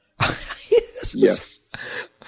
Yes